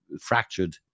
fractured